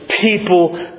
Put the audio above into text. people